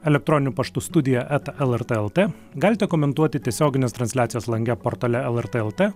elektroniniu paštu studija eta lrt lt galite komentuoti tiesioginės transliacijos lange portale lrt lt